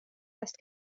است